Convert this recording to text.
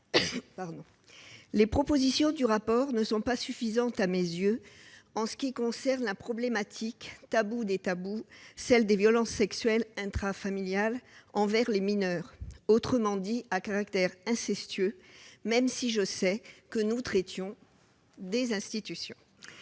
Les propositions du rapport ne sont pas suffisantes à mes yeux en ce qui concerne la problématique, tabou des tabous, des violences sexuelles intrafamiliales envers les mineurs, autrement dit les violences à caractère incestueux, même si je sais que la mission ne traitait